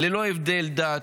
ללא הבדל דת,